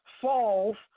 falls